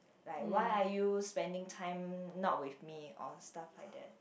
like why are you spending time not with me or stuff like that